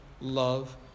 love